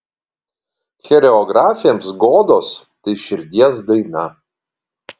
choreografėms godos tai širdies daina